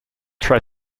try